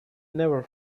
never